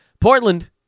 Portland